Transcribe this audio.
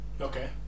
Okay